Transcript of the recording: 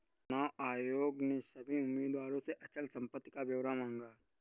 चुनाव आयोग ने सभी उम्मीदवारों से अचल संपत्ति का ब्यौरा मांगा